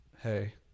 Hey